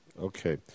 Okay